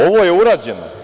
Ovo je urađeno.